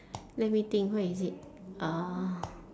let me think where is it uh